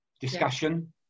discussion